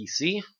pc